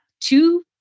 two